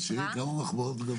תשאירי כמה מחמאות גם לי.